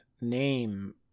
name